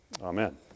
amen